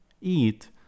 eat